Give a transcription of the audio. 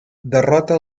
derrota